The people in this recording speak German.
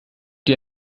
die